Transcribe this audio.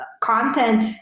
content